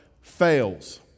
fails